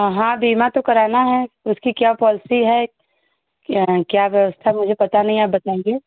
हाँ बीमा तो कराना है उसकी क्या पॉलिसी है क्या व्यवस्था मुझे पता नहीं आप बताएंगे